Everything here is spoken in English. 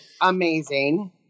Amazing